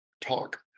talk